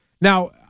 Now